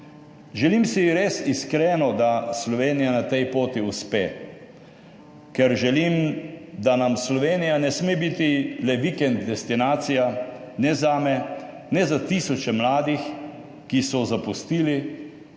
Želim si res iskreno, da Slovenija na tej poti uspe, ker želim, da nam Slovenija ne sme biti le vikend destinacija, ne zame, ne za tisoče mladih, ki so zapustili